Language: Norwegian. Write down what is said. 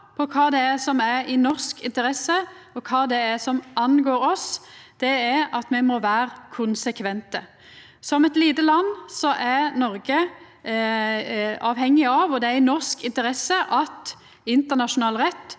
det er som er i norsk interesse, og kva det er som angår oss, er at me må vera konsekvente. Som eit lite land er Noreg avhengig av – og det er i norsk interesse – at internasjonal rett